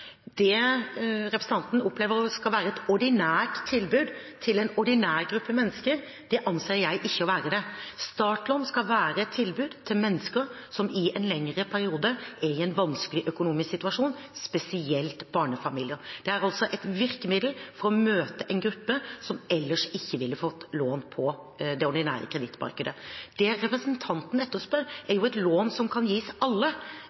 Det representanten opplever å skulle være et ordinært tilbud til en ordinær gruppe mennesker, anser jeg ikke å være det. Startlån skal være et tilbud til mennesker som i en lengre periode er i en vanskelig økonomisk situasjon, spesielt barnefamilier. Det er et virkemiddel for å møte en gruppe som ellers ikke ville fått lån på det ordinære kredittmarkedet. Det representanten etterspør, er et lån som kan gis alle